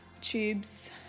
tubes